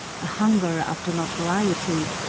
a hunger after notoriety,